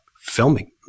filming